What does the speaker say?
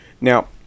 Now